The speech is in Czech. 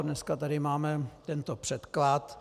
Dneska tady máme tento předklad.